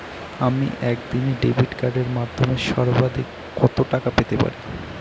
আমি একদিনে ডেবিট কার্ডের মাধ্যমে সর্বাধিক কত টাকা পেতে পারি?